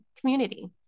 community